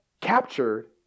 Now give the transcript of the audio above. captured